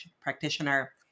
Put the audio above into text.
practitioner